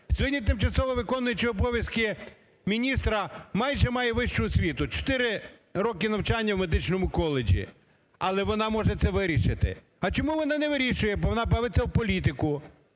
Сьогодні тимчасово виконуюча обов'язки міністра майже має вищу освіту, чотири роки навчання в медичному коледжі, але вона може це вирішити. А чому вона не вирішує? Бо вона бавиться в політику.